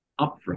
upfront